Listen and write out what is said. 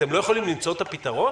אתם לא יכולים למצוא את הפתרון?